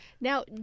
Now